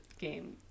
game